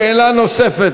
שאלה נוספת,